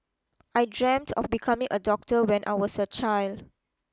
I dreamt of becoming a doctor when I was a child